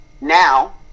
Now